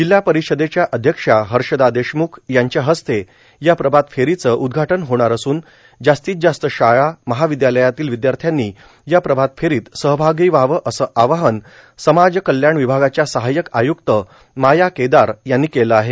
जिल्हा परिषदेच्या अध्यक्षा हर्षदा देशमुख यांच्या हस्ते या प्रभात फेरीचे उद्घाटन होणार असून जास्तीत जास्त शाळा महाविद्यालयांतील विद्यार्थ्यांनी या प्रभात फेरीत सहभागी व्हावे असे आवाहन समाज कल्याण विभागाच्या सहाय्यक आय्क्त माया केदार यांनी केले आहे